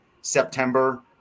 september